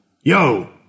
Yo